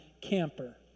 camper